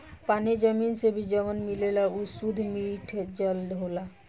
पानी जमीन से भी जवन मिलेला उ सुद्ध मिठ जल होला